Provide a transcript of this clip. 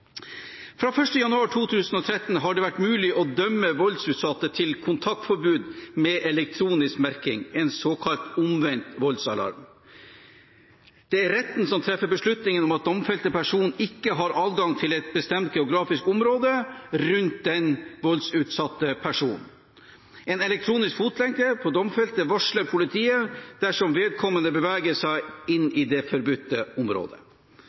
Fra 1. februar 2013 har det vært mulig å dømme voldsutøvere til kontaktforbud med elektronisk merking, en såkalt omvendt voldsalarm. Det er retten som treffer beslutningen om at den domfelte personen ikke har adgang til et bestemt geografisk område rundt den voldsutsatte personen. En elektronisk fotlenke på domfelte varsler politiet dersom vedkommende beveger seg inn i det forbudte området.